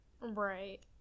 Right